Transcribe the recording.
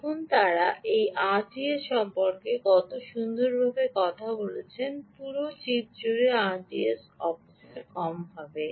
দেখুন তারা এই আরডিএস সম্পর্কে কত সুন্দরভাবে কথা বলছেন পুরো চিপ জুড়ে আরডিএসের অপচয় কম হবে